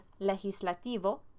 legislativo